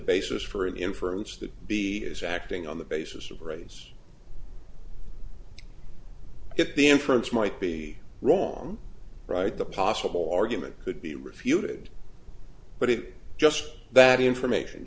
basis for an inference that b is acting on the basis of race if the inference might be wrong right the possible argument could be refuted but it just that information